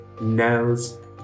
nose